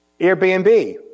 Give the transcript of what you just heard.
Airbnb